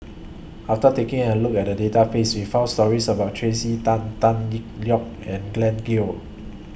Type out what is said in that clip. after taking A Look At The Database We found stories about Tracey Tan Tan Yee Liong and Glen Goei